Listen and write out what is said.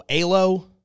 Alo